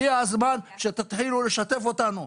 הגיע הזמן שתתחילו לשתף אותנו.